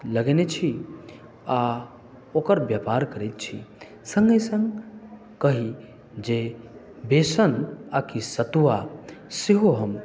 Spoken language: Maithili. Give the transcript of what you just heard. लगेने छी आ ओकर व्यापार करै छी सङ्गे सङ्ग कही जे बेसन आ की सतुआ सेहो